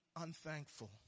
unthankful